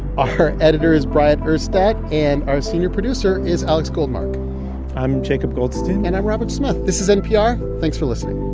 our editor is bryant urstadt. and our senior producer is alex goldmark i'm jacob goldstein and i'm robert smith. this is npr. thanks for listening